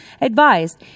advised